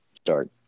start